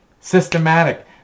Systematic